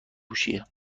هوشیه